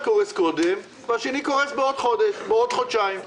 אז אחד קורס קודם והשני יקרוס בעוד חודש או בעוד חודשיים.